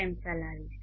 m ચલાવીશ